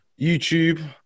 YouTube